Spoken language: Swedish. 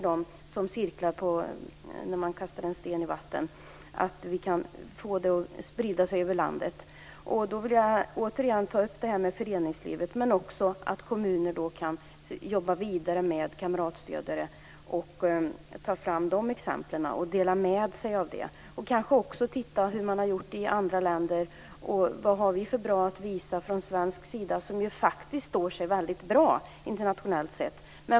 De ska spridas över landet som cirklarna i vattnet där en sten har kastats i. Jag vill återigen nämna föreningslivet men också att kommuner jobbar vidare och delar med sig av exemplen om kamratstödjare. Kanske man också ska titta på hur andra länder har gjort och vad vi från svensk sida har att visa fram. Sverige står sig bra internationellt sett.